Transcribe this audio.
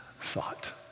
thought